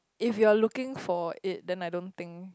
if you're looking for it then I don't think